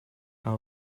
our